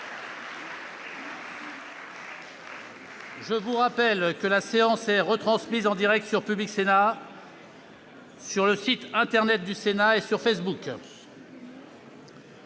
Je vous rappelle que la séance est retransmise en direct sur Public Sénat, sur le site internet du Sénat et sur Facebook.